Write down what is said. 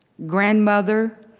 grandmother,